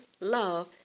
Love